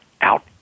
out